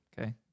Okay